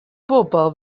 bobl